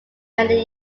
many